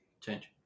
change